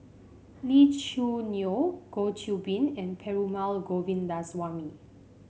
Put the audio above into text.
Lee Choo Neo Goh Qiu Bin and Perumal Govindaswamy